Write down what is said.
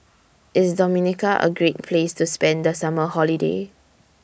IS Dominica A Great Place to spend The Summer Holiday